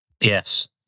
Yes